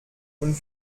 und